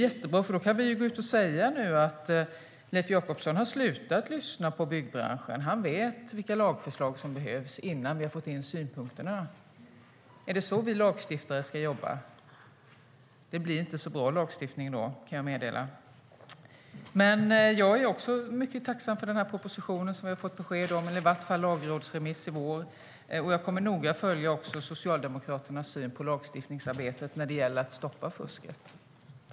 Vi kan nu gå ut och säga att Leif Jakobsson har slutat att lyssna på byggbranschen. Han vet vilka lagförslag som behövs innan vi ens har fått in synpunkterna. Är det så vi lagstiftare ska jobba? Då blir det inte så bra lagstiftning, kan jag meddela. Men jag är också mycket tacksam för den proposition - eller i vart fall en lagrådsremiss till våren - som vi har fått besked om, och jag kommer noga att följa också Socialdemokraternas syn på lagstiftningsarbetet när det gäller att stoppa fusket.